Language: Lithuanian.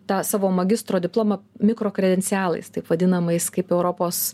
tą savo magistro diplomą mikro kredencialais taip vadinamais kaip europos